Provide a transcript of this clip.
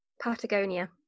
Patagonia